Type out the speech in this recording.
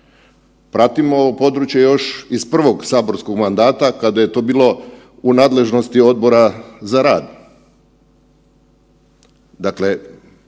pratimo ovo područje još iz prvog saborskog mandata kada je to bilo u nadležnosti Odbora za rad. Dakle,